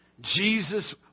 Jesus